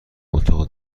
اتاق